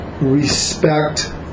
respect